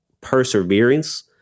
perseverance